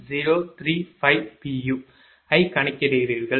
ஐ கணக்கிடுகிறீர்கள்